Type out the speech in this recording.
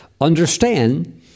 understand